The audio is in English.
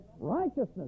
righteousness